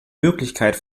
möglichkeit